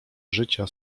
życia